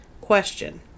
Question